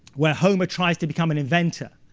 where homer tries to become an inventor.